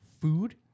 food